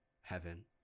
heaven